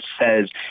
says